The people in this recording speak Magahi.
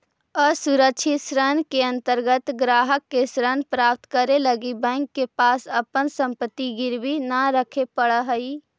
असुरक्षित ऋण के अंतर्गत ग्राहक के ऋण प्राप्त करे लगी बैंक के पास अपन संपत्ति गिरवी न रखे पड़ऽ हइ